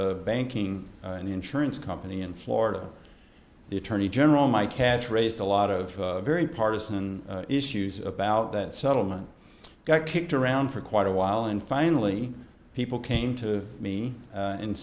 the banking and insurance company in florida the attorney general my catch raised a lot of very partisan issues about that settlement got kicked around for quite a while and finally people came to me and